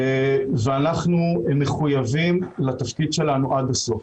ואנחנו מחויבים לתפקיד שלנו עד הסוף.